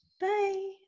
Bye